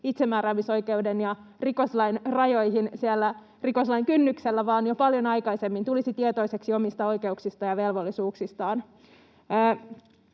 rajoihin siellä rikoslain kynnyksellä vaan jo paljon aikaisemmin tulisi tietoiseksi omista oikeuksistaan ja velvollisuuksistaan.